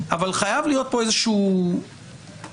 אבל חייב להיות פה איזושהי איזון,